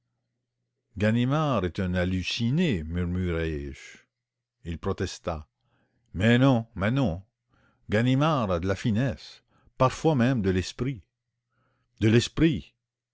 ganimard est un halluciné mais non mais non ganimard a de la finesse parfois même de l'esprit